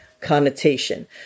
connotation